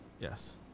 Yes